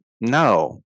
no